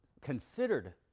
considered